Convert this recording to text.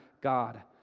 God